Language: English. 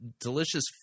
delicious